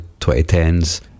2010s